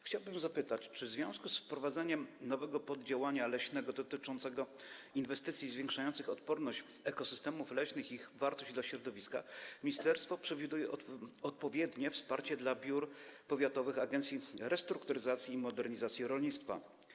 Chciałbym zapytać, czy w związku z wprowadzeniem nowego poddziałania leśnego dotyczącego inwestycji zwiększających odporność ekosystemów leśnych i ich wartość dla środowiska ministerstwo przewiduje odpowiednie wsparcie dla biur powiatowych agencji restrukturyzacji i modernizacji rolnictwa.